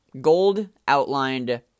gold-outlined